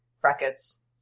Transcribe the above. brackets